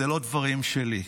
אלה לא דברים שלי,